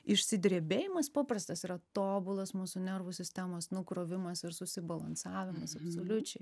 išsidrebėjimas paprastas yra tobulas mūsų nervų sistemos nukrovimas ir susibalansavimas absoliučiai